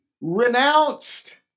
renounced